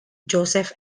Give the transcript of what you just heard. joseph